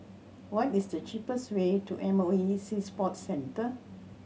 what is the cheapest way to M O E Sea Sports Centre